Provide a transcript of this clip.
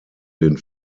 den